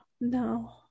no